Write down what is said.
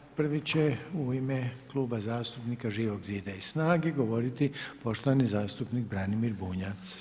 Prvi će u ime Kluba zastupnika Živog zida i SNAGA-e govoriti poštovani zastupnik Branimir Bunjac.